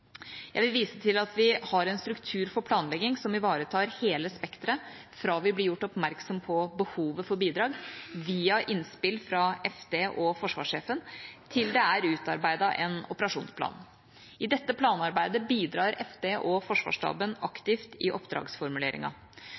Jeg vil vise til at vi har en struktur for planlegging som ivaretar hele spekteret fra vi blir gjort oppmerksom på behovet for bidrag, via innspill fra Forsvarsdepartementet og forsvarssjefen, til det er utarbeidet en operasjonsplan. I dette planarbeidet bidrar Forsvarsdepartementet og Forsvarsstaben aktivt i